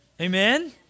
Amen